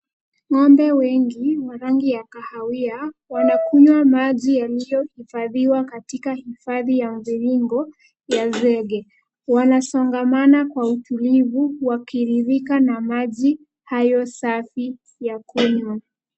Ng'ombe wengi wa rangi ya kahawia wanakunywa maji yaliyohifadhiwa katika hifadhi ya mviringo ya zege. Wanasongamana kwa utulivu wakiridhika na maji hayo safi ya kunywa.